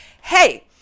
Hey